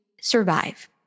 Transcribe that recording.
survive